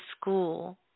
school